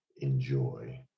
enjoy